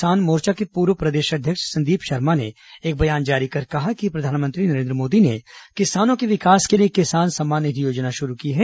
किसान मोर्चा के पूर्व प्रदेश अध्यक्ष संदीप शर्मा ने एक बयान जारी कर कहा कि प्रधानमंत्री नरेन्द्र मोदी ने किसानों के विकास के लिए किसान सम्मान निधि योजना शुरू की है